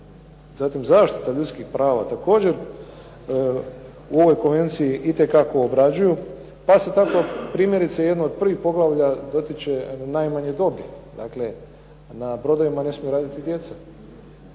zatim zaštita ljudskih prava također u ovoj konvenciji itekako obrađuju, pa se tako primjerice jedno od prvih poglavlja dotiče najmanje dobi. Dakle, na brodovima ne smiju raditi djeca.